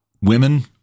Women